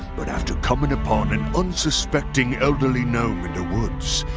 but after coming upon an unsuspecting elderly gnome in the woods,